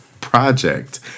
Project